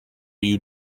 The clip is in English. you